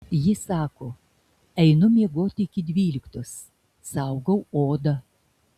ji sako einu miegoti iki dvyliktos saugau odą